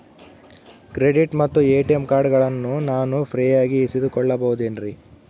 Credit ಮತ್ತ ATM ಕಾರ್ಡಗಳನ್ನ ನಾನು ಫ್ರೇಯಾಗಿ ಇಸಿದುಕೊಳ್ಳಬಹುದೇನ್ರಿ?